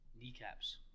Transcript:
kneecaps